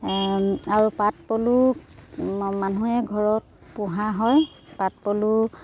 আৰু পাতপলু মানুহে ঘৰত পোহা হয় পাতপলু